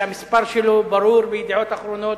שהמספר שלו ברור ב"ידיעות אחרונות",